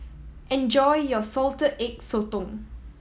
enjoy your Salted Egg Sotong